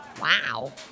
Wow